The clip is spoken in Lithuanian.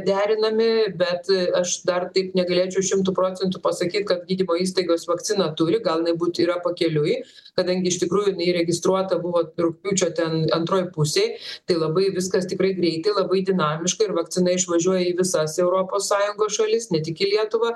derinami bet aš dar taip negalėčiau šimtu procentų pasakyti kad gydymo įstaigos vakciną turi gal jinai būt yra pakeliui kadangi iš tikrųjų jinai įregistruota buvo rugpjūčio ten antroj pusėj tai labai viskas tikrai greitai labai dinamiška ir vakcina išvažiuoja į visas europos sąjungos šalis ne tik į lietuvą